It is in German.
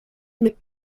mit